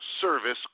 service